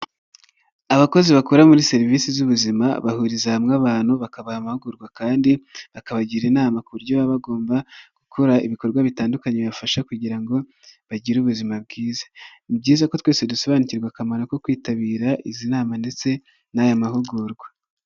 Abakozi bakora muri serivisi z'ubuzima, bahuriza hamwe abantu bakabaha amahugurwa, kandi bakabagira inama ku buryo baba bagomba gukora ibikorwa bitandukanye bibafasha kugira ngo bagire ubuzima bwiza. Ni byiza ko twese dusobanukirwa akamaro ko kwitabira izi nama ndetse n'aya mahugurwa.